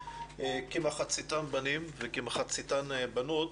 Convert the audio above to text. כמחציתם בנים ומחציתן בנות,